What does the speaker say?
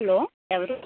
hello ఎవరు